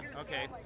Okay